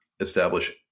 establish